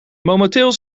momenteel